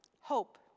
Hope